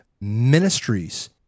ministries